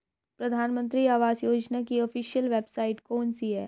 प्रधानमंत्री आवास योजना की ऑफिशियल वेबसाइट कौन सी है?